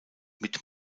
mit